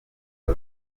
bwo